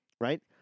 right